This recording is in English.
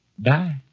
Die